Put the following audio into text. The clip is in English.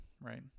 right